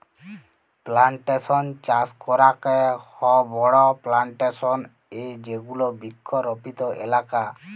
plantation চাস করাক হ বড়ো প্লানটেশন এ যেগুলা বৃক্ষরোপিত এলাকা